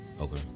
Okay